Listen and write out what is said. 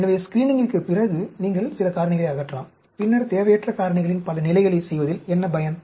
எனவே ஸ்க்ரீனிங்கிற்குப் பிறகு நீங்கள் சில காரணிகளை அகற்றலாம் பின்னர் தேவையற்ற காரணிகளின் பல நிலைகளைச் செய்வதில் என்ன பயன்